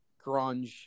grunge